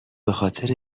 بخاطر